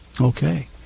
Okay